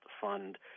fund